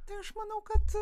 tai aš manau kad